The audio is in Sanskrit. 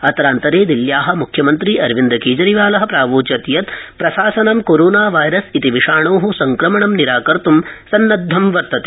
अत्रान्तरे दिल्ल्या मुख्यमन्त्री अरविन्द केजरीवाल प्रावोचत् यत् प्रशासनं कोरोना वायरस इति विषाणो सङ्क्रमणं निराकर्त् सन्नदधं वर्तते